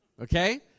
Okay